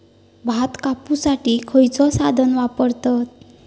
भात कापुसाठी खैयचो साधन वापरतत?